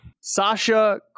Sasha